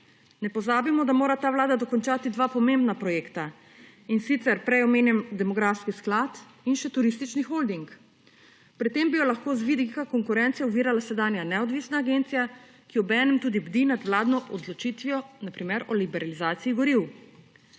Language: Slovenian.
Ne pozabimo, da mora ta vlada dokončati dva pomembna projekta, in sicer prej omenjeni demografski sklad in še turistični holding. Pri tem bi jo lahko z vidika konkurence ovirala sedanja neodvisna agencija, ki obenem tudi bdi nad vladno odločitvijo, na primer o liberalizaciji goriv.